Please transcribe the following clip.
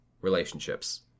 relationships